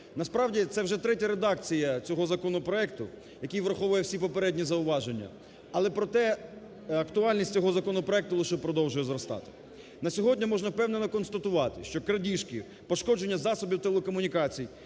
Насправді, це вже третя редакція цього законопроекту, який враховує всі попередні зауваження, але проте актуальність цього законопроекту лише продовжує зростати. На сьогодні можна впевнено констатувати, що крадіжки, пошкодження засобів телекомунікацій